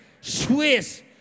Swiss